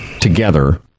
Together